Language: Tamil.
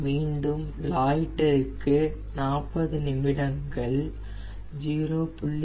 மீண்டும் லாய்டருக்கு 40 நிமிடங்கள் 0